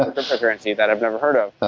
cryptocurrency that i've never heard of.